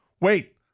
Wait